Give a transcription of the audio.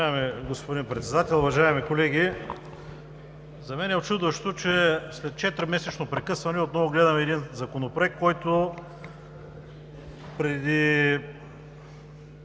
Уважаеми господин Председател, уважаеми колеги! За мен е учудващо, че след четиримесечно прекъсване отново гледаме един законопроект, който, след